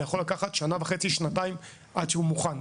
יכול לקחת שנה וחצי-שנתיים עד שהוא מוכן.